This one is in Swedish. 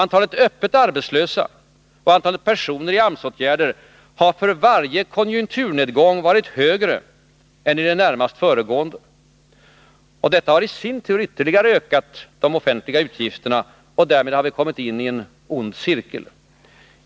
Antalet öppet arbetslösa och antalet personer som är förmån för AMS-åtgärder har för varje konjukturnedgång varit högre än i den närmast föregående. Detta har i sin tur ytterligare ökat de offentliga utgifterna. Därmed har vi kommit in i en ond cirkel.